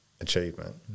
achievement